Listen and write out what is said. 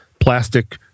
Plastic